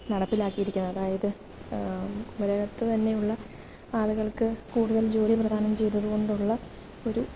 നടപ്പിലാക്കിയിരിക്കുന്നത് അതായത് കുമരകത്ത് തന്നെയുള്ള ആളുകൾക്ക് കൂടുതൽ ജോലി പ്രദാനം ചെയ്തത് കൊണ്ടുള്ള ഒരു